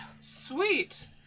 Sweet